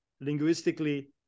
linguistically